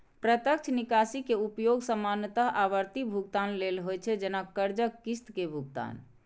प्रत्यक्ष निकासी के उपयोग सामान्यतः आवर्ती भुगतान लेल होइ छै, जैना कर्जक किस्त के भुगतान